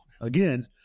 again